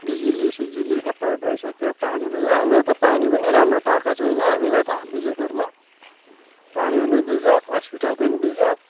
बिजुलीसिजुली सबै भइसक्यो पानी भइसक्यो यहाँ हाम्रो त पानी पनि राम्रो पाएको छैन हामीलाई त विजयपुरमा पानी पनि बिजोग हस्पिटलको नि बिजोग